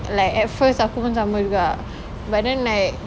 like at first aku pun sama juga but then like